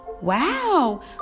Wow